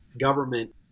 government